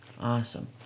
Awesome